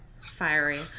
fiery